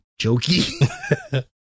jokey